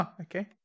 okay